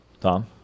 Tom